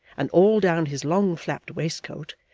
and all down his long flapped waistcoat,